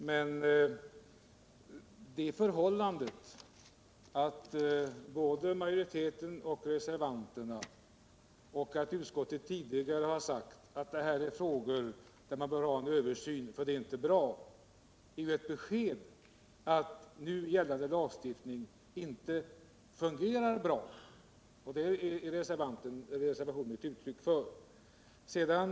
Men det förhållandet att både majoriteten och reservanterna har sagt, liksom utskottet tidigare har gjort, att det här är frågor som bör göras till föremål för översyn, är ju ett besked om att nu gällande lagstiftning inte fungerar bra. Reservationen är ett uttryck för detta.